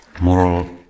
moral